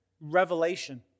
revelation